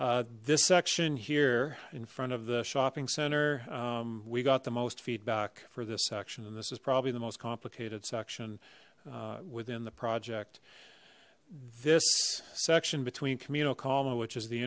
this section here in front of the shopping center we got the most feedback for this section and this is probably the most complicated section uh within the project this section between camino comma which is the